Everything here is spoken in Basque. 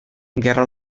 gerra